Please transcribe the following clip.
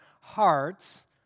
hearts